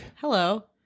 hello